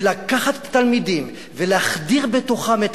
ולקחת את התלמידים ולהחדיר בתוכם את